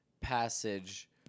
Passage